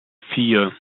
vier